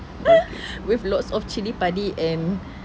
with lots of cili padi and um